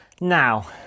now